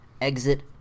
exit